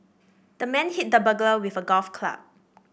the man hit the burglar with a golf club